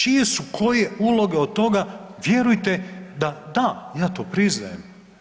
Čije su koje uloge od toga vjerujte da da, ja to priznajem.